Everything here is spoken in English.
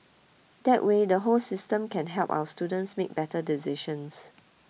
that way the whole system can help our students make better decisions